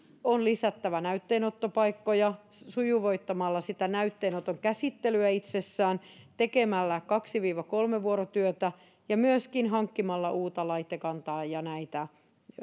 on lisättävä näytteenottopaikkoja sujuvoittamalla sitä näytteenoton käsittelyä itsessään tekemällä kaksi ja kolmivuorotyötä ja myöskin hankkimalla uutta laitekantaa ja näitä